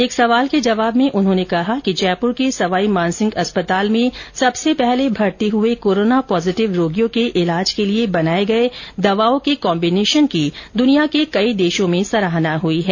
एक सवाल के जवाब में उन्होंने कहा कि जयपुर के सवाई मानसिंह अस्पताल में सबसे पहले भर्ती हुए कोरोना पॉजिटिव रोगियों के ईलाज के लिए बनाये गये दवाओं की कॉम्बिनेशन की दुनिया के कई देशों में सराहना हुई है